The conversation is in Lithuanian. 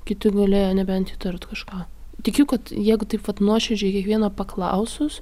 kiti galėjo nebent įtart kažką tikiu kad jeigu taip vat nuoširdžiai kiekvieno paklausus